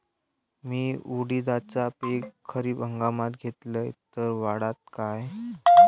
मी उडीदाचा पीक खरीप हंगामात घेतलय तर वाढात काय?